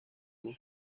بود